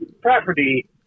property